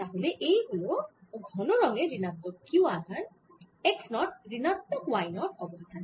তাহলে এই হল ঘন রঙের ঋণাত্মক q আধান x নট ঋণাত্মক y নট অবস্থানে